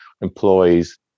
employees